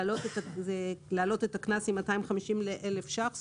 להעלות את הקנס מ-250 שקלים ל-1,000 שקלים.